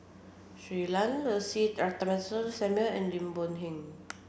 Shui Lan Lucy Ratnammah Samuel and Lim Boon Heng